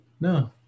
no